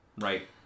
Right